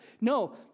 No